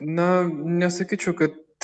na nesakyčiau kad